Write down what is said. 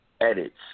edits